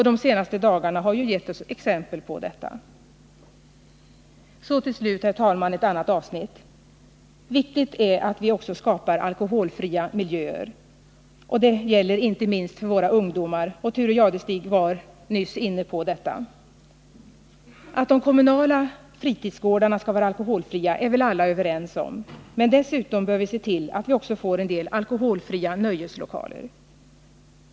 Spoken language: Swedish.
De senaste dagarna har ju gett oss exempel på detta. Så till slut, herr talman, ett annat avsnitt. Viktigt är att vi också skapar alkoholfria miljöer. Det gäller inte minst för våra ungdomar. Thure Jadestig var nyss inne på detta. Att de kommunala fritidsgårdarna skall vara alkoholfria är vi väl alla överens om, men dessutom bör vi se till att vi får en del alkoholfria nöjeslokaler.